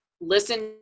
listen